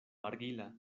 argila